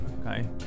Okay